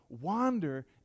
wander